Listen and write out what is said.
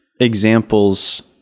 examples